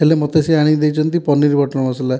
ହେଲେ ମୋତେ ସେ ଆଣିକି ଦେଇଛନ୍ତି ପନିର୍ ବଟର୍ ମସଲା